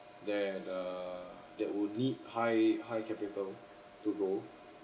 that err that would need high high capital to go um